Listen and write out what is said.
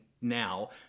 now